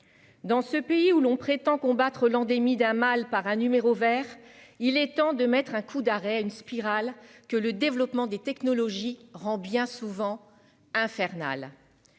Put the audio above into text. Dans ce pays où l'on prétend combattre l'endémie d'un mal par un numéro Vert. Il est temps de mettre un coup d'arrêt à une spirale que le développement des technologies rend bien souvent infernal.